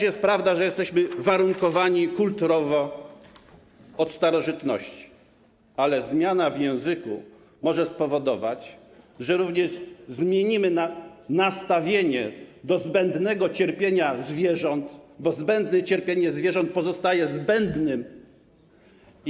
Jest też prawdą, że jesteśmy uwarunkowani kulturowo od starożytności, ale zmiana w języku może spowodować, że zmienimy nastawienie do zbędnego cierpienia zwierząt, bo zbędne cierpienie zwierząt pozostaje zbędnym cierpieniem.